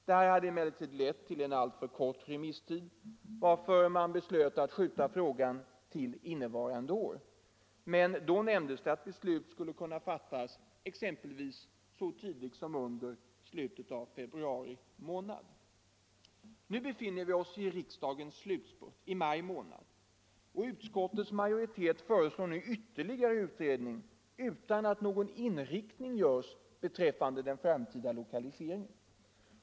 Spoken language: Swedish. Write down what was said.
Detta hade emellertid lett till en alltför kort remisstid, varför det beslöts att skjuta frågan till innevarande år. Men då nämndes det att beslutet skulle kunna fattas exempelvis så tidigt som under slutet av februari månad. Nu befinner vi oss i riksdagens slutspurt, i maj månad, och utskottets majoritet föreslår nu ytterligare utredning utan att någon inriktning görs beträffande arbetet med den framtida lokaliseringen.